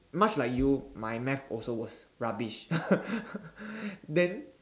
much like you my math also was rubbish then